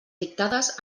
dictades